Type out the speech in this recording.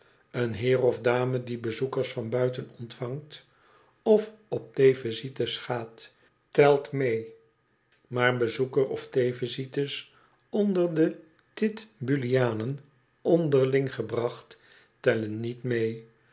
een heer of dame die bezoekers van buiten ontvangt of op theevisites gaat telt mee maar bezoeker of theevisites onder de titbullianen onderling gebracht tellen niet mee